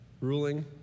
ruling